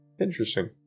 Interesting